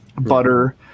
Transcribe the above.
butter